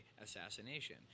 assassination